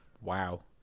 Wow